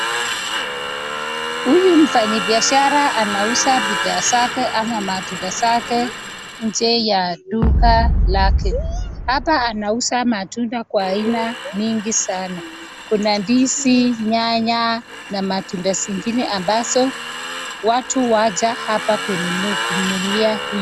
Huyu mfanye biashara anauza bidhaa ama matunda zake nje ya duka lake. Hapa anauza matunda kwa aina mingi sana. Kuna ndizi, nyanya na matunda zingine ambazo watu waja hapa kumnunulia huyu.